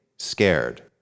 scared